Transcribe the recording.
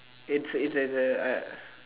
it's it's as as A I